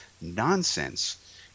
nonsense